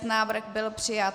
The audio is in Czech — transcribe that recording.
Návrh byl přijat.